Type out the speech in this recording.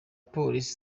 police